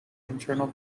internal